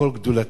אני שמעתי,